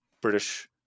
British